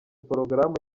porogaramu